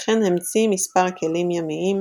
וכן המציא מספר כלים ימיים,